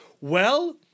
Well-